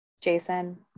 Jason